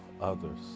others